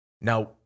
now